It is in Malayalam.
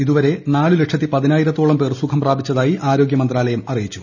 ഇതുവരെ നാലു ലക്ഷത്തി പതിനായിരത്തോളം പേർ സുഖം പ്രാപിച്ചതായി ആരോഗ്യ മന്ത്രാലയം അറിയിച്ചു